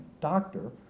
doctor